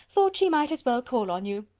thought she might as well call on you.